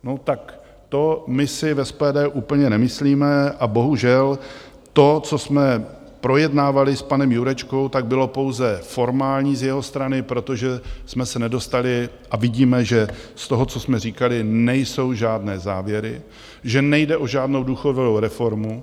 No, tak to my si v SPD úplně nemyslíme, a bohužel to, co jsme projednávali s panem Jurečkou, bylo pouze formální z jeho strany, protože jsme se nedostali, a vidíme, že z toho, co jsme říkali, nejsou žádné závěry, že nejde o žádnou důchodovou reformu.